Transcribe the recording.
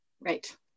Right